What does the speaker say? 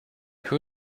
who